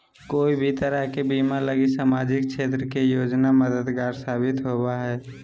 कोय भी तरह के बीमा लगी सामाजिक क्षेत्र के योजना मददगार साबित होवो हय